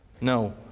No